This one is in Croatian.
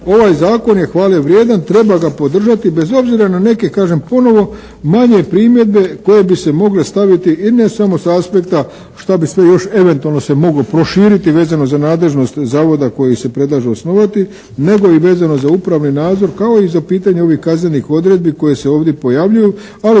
ovaj zakon je hvale vrijedan. Treba ga podržati bez obzira na neke kažem ponovo manje primjedbe koje bi se mogle staviti i ne samo sa aspekta šta bi sve još eventualno se moglo proširiti vezano za nadležnost zavoda koji se predlaže osnovati nego i vezano za upravni nadzor kao i za pitanje ovih kaznenih odredbi koje se ovdje pojavljuju ali